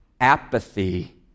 apathy